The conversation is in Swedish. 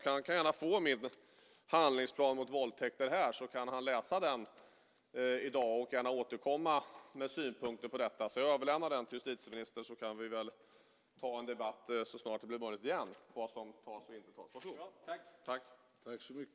Han kan gärna få min handlingsplan mot våldtäkter, så kan han läsa den i dag och gärna återkomma med synpunkter på detta. Jag överlämnar den till justitieministern. Sedan kan vi ta en debatt så snart det blir möjligt igen. Varsågod. : Tack.)